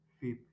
Fifth